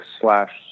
slash